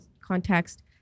context